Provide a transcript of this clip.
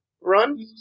run